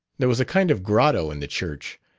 there was a kind of grotto in the church,